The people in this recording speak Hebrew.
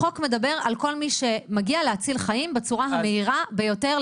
החוק מדבר על כל מי שמגיע להציל חיים בצורה המהירה ביותר,